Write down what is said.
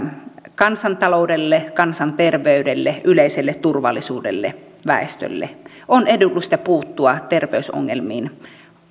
kansantaloudelle kansanterveydelle yleiselle turvallisuudelle väestölle on edullista puuttua terveysongelmiin